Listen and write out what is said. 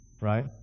right